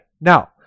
now